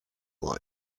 like